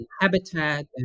habitat